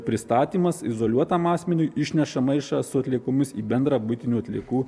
pristatymas izoliuotam asmeniui išneša maišą su atliekomis į bendrą buitinių atliekų